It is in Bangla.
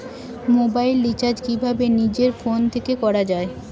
মোবাইল রিচার্জ কিভাবে নিজের ফোন থেকে করা য়ায়?